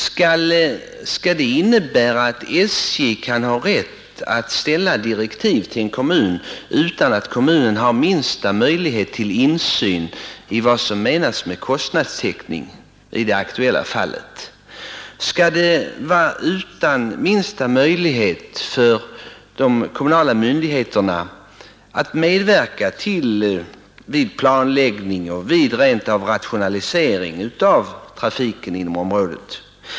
Skall det innebära att SJ kan ha rätt att lämna direktiv till en kommun utan att kommunen har minsta möjlighet till insyn i vad som menas med kostnadstäckning i det aktuella fallet? Skall de kommunala myndigheterna inte ha minsta möjlighet att medverka vid planläggning och rent av vid rationalisering av trafiken inom området?